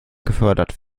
gefördert